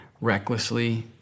recklessly